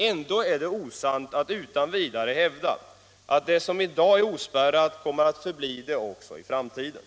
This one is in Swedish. Ändå är det felaktigt att utan vidare hävda att utbildning som i dag är ospärrad kommer att förbli det också i framtiden.